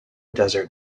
desert